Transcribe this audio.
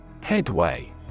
Headway